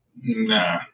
Nah